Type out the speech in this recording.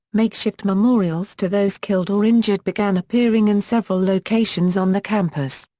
makeshift memorials to those killed or injured began appearing in several locations on the campus.